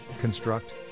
construct